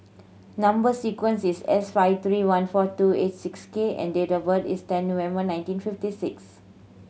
number sequence is S five three one four two eight six K and date of birth is ten November nineteen fifty six